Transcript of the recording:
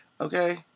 Okay